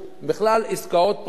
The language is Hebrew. בכלל עסקאות פרטיות,